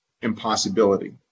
impossibility